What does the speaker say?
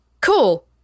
Cool